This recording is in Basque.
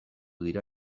dira